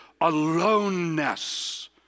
aloneness